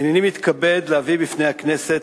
הנני מתכבד להביא בפני הכנסת,